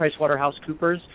PricewaterhouseCoopers